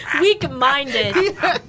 Weak-minded